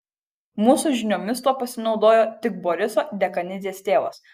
mūsų žiniomis tuo pasinaudojo tik boriso dekanidzės tėvas